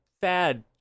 fad